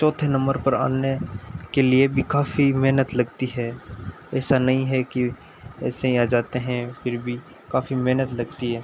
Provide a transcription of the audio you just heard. चौथे नंबर पर के लिए भी काफ़ी मेहनत लगती है वैसा नहीं है कि ऐसे ही आ जाते हैं फिर भी काफ़ी मेहनत लगती है